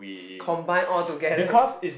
combine all together